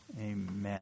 Amen